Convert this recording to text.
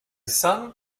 son